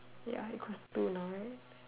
ya it cost two night